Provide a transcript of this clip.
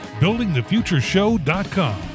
buildingthefutureshow.com